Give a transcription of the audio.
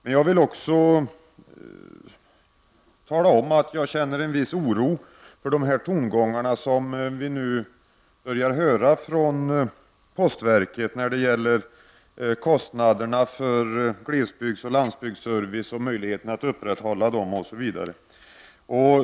Men jag vill också tala om att jag känner en viss oro för de tongångar som nu börjar höras från postverket när det gäller kostnaderna för glesbygdsoch landsbygdsservice och möjligheterna att upprätthålla den.